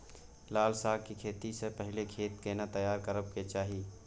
लाल साग के खेती स पहिले खेत केना तैयार करबा के चाही?